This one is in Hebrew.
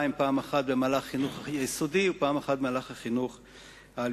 פעם אחת במהלך החינוך היסודי ופעם אחת במהלך החינוך העל-יסודי.